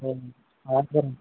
अ आर